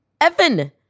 Evan